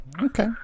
Okay